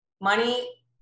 Money